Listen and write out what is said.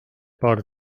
paar